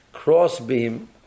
cross-beam